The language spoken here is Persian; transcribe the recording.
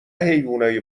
حیونای